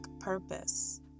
purpose